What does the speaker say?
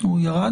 אני רק אומר